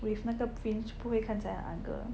if 那个 fringe 不会看起来很 ah girl